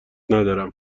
ندارم